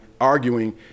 arguing